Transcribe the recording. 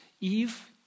Eve